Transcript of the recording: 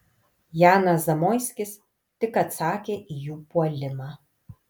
janas zamoiskis tik atsakė į jų puolimą